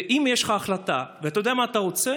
או שאתה רואה שהמצב,